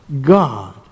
God